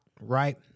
right